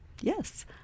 yes